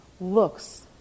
looks